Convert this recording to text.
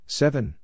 seven